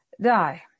die